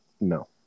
No